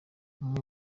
umwe